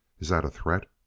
is that a threat?